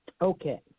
Okay